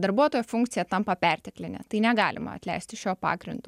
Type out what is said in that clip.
darbuotojo funkcija tampa perteklinė tai negalima atleisti šiuo pagrindu